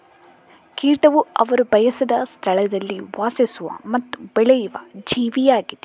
ಕೀಟವು ಅವರು ಬಯಸದ ಸ್ಥಳದಲ್ಲಿ ವಾಸಿಸುವ ಮತ್ತು ಬೆಳೆಯುವ ಜೀವಿಯಾಗಿದೆ